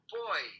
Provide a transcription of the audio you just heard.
boy